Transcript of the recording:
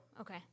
okay